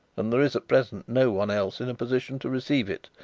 and there is at present no one else in a position to receive it.